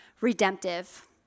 redemptive